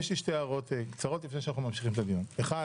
יש לי שתי הערות קצרות לפני שאנחנו ממשיכים את הדיון: האחד,